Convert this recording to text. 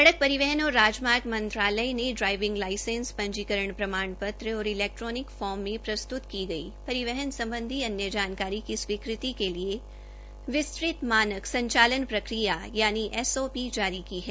सड़क परिवहन और राजमार्ग मंत्रालय ने ड्राईविंग लाईसेंस पंजीकरण प्रमाण पत्र और इलेक्ट्रानिक फोर्म में प्रस्तुत की गई परिवहन संबंधी अन्य जानकारी की स्वीकृति के लिए विस्तृत मानक संचालन प्रकिया एसओपी जारी की है